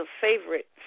favorite